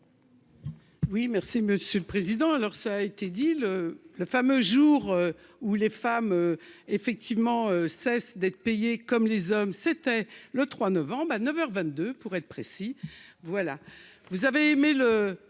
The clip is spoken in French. Oui, merci Monsieur le Président, alors ça a été dit le le fameux jour où les femmes effectivement cesse d'être payé comme les hommes, c'était le 3 novembre à neuf heures 22 pour être précis,